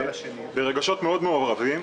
פה ברגשות מאוד מעורבים.